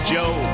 Joe